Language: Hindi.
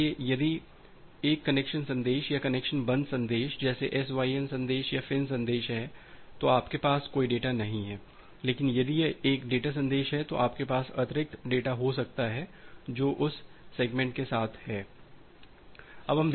इसलिए यदि यह एक कनेक्शन संदेश या कनेक्शन बंद संदेश जैसे SYN संदेश या FIN संदेश है तो आपके पास कोई डेटा नहीं है लेकिन यदि यह एक डेटा संदेश है तो आपके पास अतिरिक्त डेटा हो सकता है जो उस सेगमेंट के साथ है